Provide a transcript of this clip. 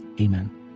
amen